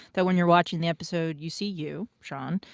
that when you're watching the episode, you see you, shawn,